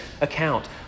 account